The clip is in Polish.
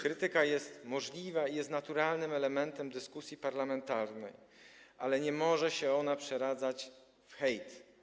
Krytyka jest możliwa i jest naturalnym elementem dyskusji parlamentarnej, ale nie może się ona przeradzać w hejt.